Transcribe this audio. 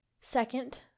second